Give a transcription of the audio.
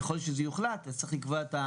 ככל שזה יוחלט אז צריך לקבוע.